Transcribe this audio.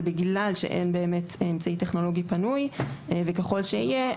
בגלל שאין באמת אמצעי טכנולוגי פנוי וככל שיהיה,